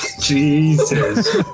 Jesus